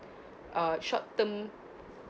uh short-term